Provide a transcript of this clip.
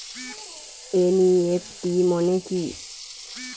NEFT মনে কি?